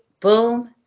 Boom